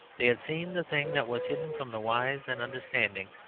they had seen the thing that was hidden from the wise and understanding,